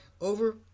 over